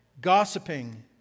gossiping